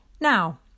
Now